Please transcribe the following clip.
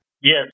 Yes